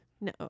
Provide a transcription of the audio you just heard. No